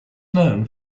known